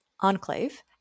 enclave